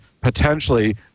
potentially